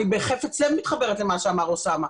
אני בחפץ לב מתחברת למה שאמר אוסאמה,